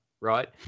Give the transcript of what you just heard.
right